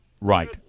Right